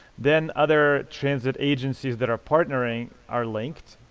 then, other transit agencies that are partnering are linked.